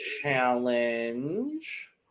challenge